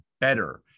better